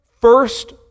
first